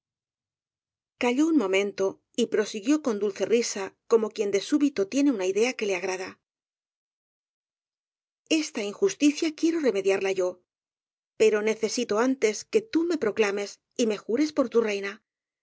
calló un momento y prosiguió con dulce risa como quien de súbito tiene una idea que le agrada esta injusticia quiero remediarla yo pero ne cesito antes que tú me proclames y me jures por tu reina